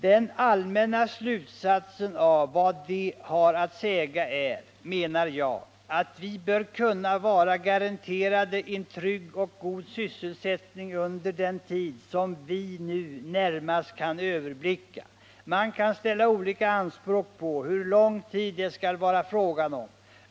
”Den allmänna slutsatsen av vad de har att säga är, menar jag, att vi bör kunna vara garanterade en trygg och god sysselsättning under den tid som vi nu närmast kan överblicka. Man kan ställa olika anspråk på hur lång tid det skall vara fråga om.